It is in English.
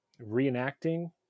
reenacting